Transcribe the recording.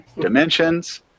dimensions